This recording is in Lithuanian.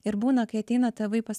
ir būna kai ateina tėvai pas